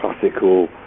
classical